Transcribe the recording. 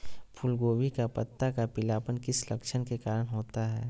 फूलगोभी का पत्ता का पीलापन किस लक्षण के कारण होता है?